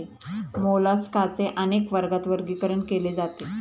मोलास्काचे अनेक वर्गात वर्गीकरण केले जाते